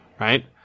right